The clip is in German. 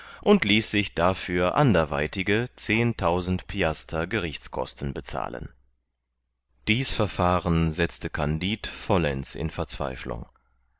und ließ sich dafür anderweitige zehntausend piaster gerichtskosten bezahlen dies verfahren setzte kandid vollends in verzweiflung